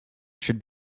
should